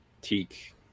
teak